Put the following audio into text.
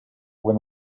when